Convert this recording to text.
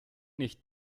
nicht